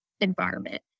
environment